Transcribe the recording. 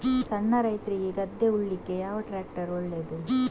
ಸಣ್ಣ ರೈತ್ರಿಗೆ ಗದ್ದೆ ಉಳ್ಳಿಕೆ ಯಾವ ಟ್ರ್ಯಾಕ್ಟರ್ ಒಳ್ಳೆದು?